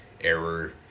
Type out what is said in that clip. Error